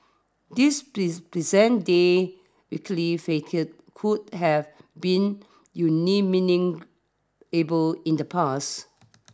this present day swanky facade would have been unimaginable in the past